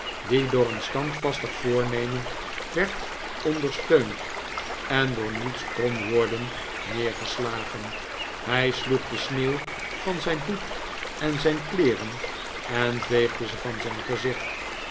die door een standvastig voornemen werd ondersteund en door niets kon worden neergeslagen hij sloeg de sneeuw van zijn hoed en zijn kleeren en veegde ze van zijn gezicht